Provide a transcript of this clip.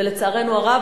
ולצערנו הרב,